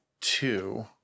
two